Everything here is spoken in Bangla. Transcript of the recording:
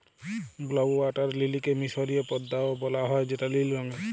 ব্লউ ওয়াটার লিলিকে মিসরীয় পদ্দা ও বলা হ্যয় যেটা লিল রঙের